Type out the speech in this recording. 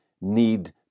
need